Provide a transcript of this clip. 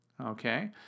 Okay